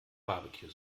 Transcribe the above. barbecue